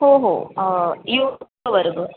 हो हो यो वर्ग